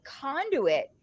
conduit